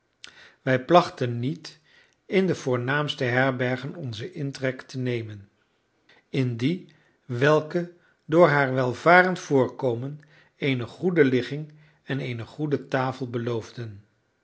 wij plachten niet in de voornaamste herbergen onzen intrek te nemen in die welke door haar welvarend voorkomen eene goede ligging en eene goede tafel beloofden